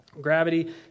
gravity